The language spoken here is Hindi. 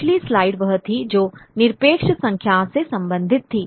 पिछली स्लाइड वह थी जो निरपेक्ष संख्या से संबंधित थी